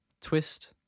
twist